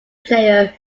player